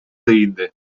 değindi